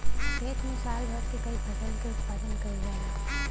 खेत में साल भर में कई फसल क उत्पादन कईल जाला